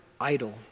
idle